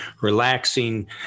relaxing